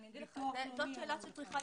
זאת שאלה שצריכים